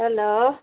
hello